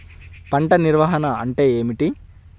పంట నిర్వాహణ అంటే ఏమిటి?